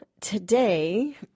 today